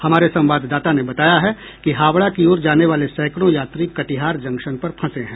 हमारे संवाददाता ने बताया है कि हावड़ा की ओर जानेवाले सैंकड़ो यात्री कटिहार जंक्शन पर फंसे हैं